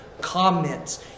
comments